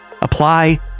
apply